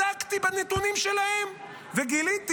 בדקתי בנתונים שלהם, וגיליתי